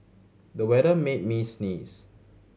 the weather made me sneeze